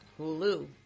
Hulu